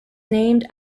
named